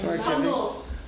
Puzzles